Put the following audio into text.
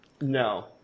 No